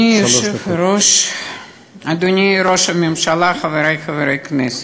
הממשלה, חברי חברי הכנסת,